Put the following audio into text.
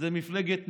זו מפלגת נישה,